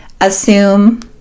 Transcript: assume